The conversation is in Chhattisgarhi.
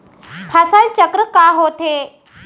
फसल चक्र का होथे?